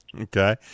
Okay